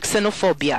בקסנופוביה